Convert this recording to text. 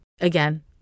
again